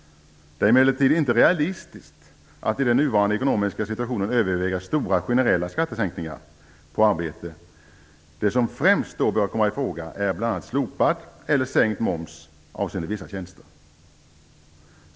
Det är emellertid inte realistiskt att i den nuvarande ekonomiska situationen överväga stora generella skattesänkningar på arbete. Det som främst bör komma ifråga är bl.a. slopad eller sänkt moms avseende vissa tjänster.